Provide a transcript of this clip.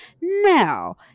now